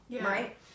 right